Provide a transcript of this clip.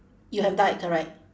you have died correct